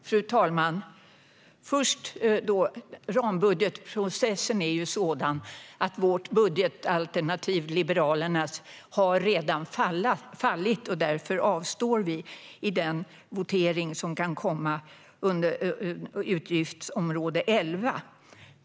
Fru talman! Rambudgetprocessen är sådan att Liberalernas budgetalternativ redan har fallit. Därför avstår vi från att rösta på det i den kommande voteringen om utgiftsområde 11.